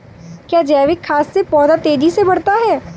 क्या जैविक खाद से पौधा तेजी से बढ़ता है?